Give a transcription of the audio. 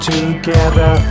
Together